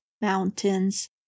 mountains